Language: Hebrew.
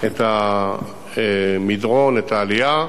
את המדרון, את העלייה,